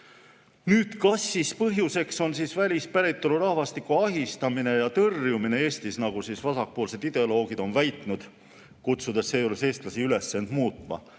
Nüüd, kas siis põhjuseks on välispäritolu rahvastiku ahistamine ja tõrjumine Eestis, nagu vasakpoolsed ideoloogid on väitnud? Kas tuleks kutsuda eestlasi üles end muutma?